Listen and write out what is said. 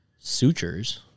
sutures